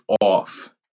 off